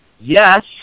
yes